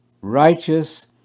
righteous